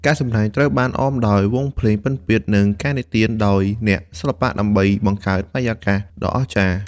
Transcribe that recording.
ការសម្ដែងត្រូវបានអមដោយវង់ភ្លេងពិណពាទ្យ និងការនិទានដោយអ្នកសិល្បៈដើម្បីបង្កើតបរិយាកាសដ៏អស្ចារ្យ។